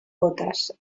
bótes